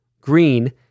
green